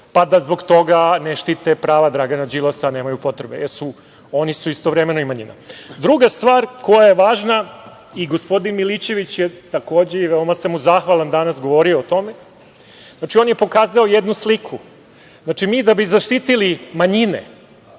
pa da zbog toga ne štite prava Dragana Đilasa, nemaju potrebe jer su oni istovremeno i manjina. Druga stvar koja je važna, gospodin Milićević je takođe, veoma sam mu zahvalan, danas govorio o tome, on je pokazao jednu sliku. Znači, mi da bi zaštitili manjine,